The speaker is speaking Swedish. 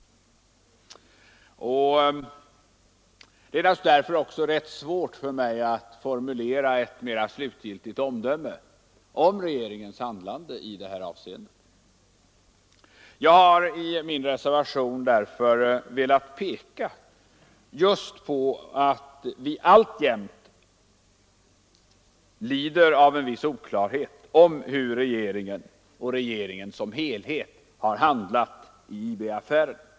Det är därför naturligtvis rätt svårt för mig att formulera ett mera slutgiltigt omdöme om regeringens handlande i detta avseende. Jag har i min reservation velat peka på att vi alltjämt lider av en viss oklarhet om hur regeringen som helhet har handlat i IB-affären.